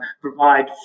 provide